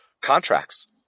contracts